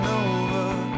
over